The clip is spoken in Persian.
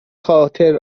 خاطر